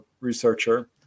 researcher